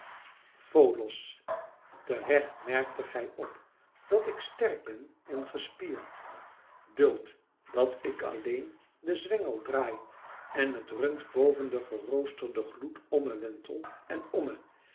folos te recht merktet gij op dat ik sterk ben en gespierd duld dat ik alleen den zwengel draai en het rund boven den roosterenden gloed omme wentel en omme